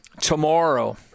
tomorrow